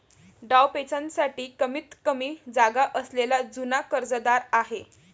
डावपेचांसाठी कमीतकमी जागा असलेला जुना कर्जदार आहे